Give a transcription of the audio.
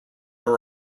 are